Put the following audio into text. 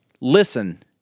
Listen